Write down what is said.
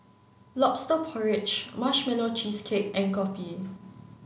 lobster porridge marshmallow cheesecake and Kopi